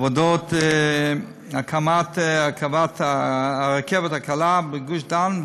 עבודות הקמת הרכבת הקלה בגוש-דן,